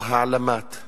או העלמת,